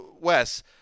Wes